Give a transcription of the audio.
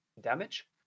damage